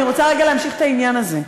אני רוצה רגע להמשיך את העניין הזה.